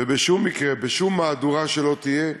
ובשום מקרה, בשום מהדורה שלא תהיה,